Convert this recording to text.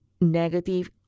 negative